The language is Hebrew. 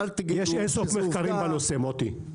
יש אינסוף מחקרים בנושא, מוטי.